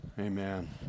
Amen